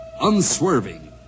unswerving